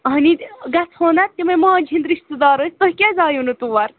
آہنہِ گژھو نا تِم ہَے ماجہِ ہٕنٛدۍ رِشتہٕ دار ٲسۍ تُہۍ کیٛازِ آیِوٕ نہٕ تور